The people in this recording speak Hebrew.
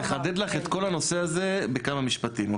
אני רוצה לחדד לך את כל הנושא הזה בכמה משפטים.